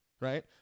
right